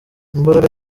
imbaraga